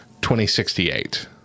2068